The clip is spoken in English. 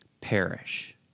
perish